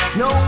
no